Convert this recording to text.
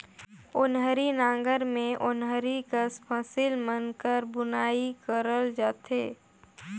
ओन्हारी नांगर मे ओन्हारी कस फसिल मन कर बुनई करल जाथे